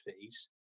fees